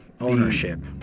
ownership